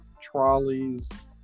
trolleys